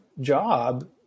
job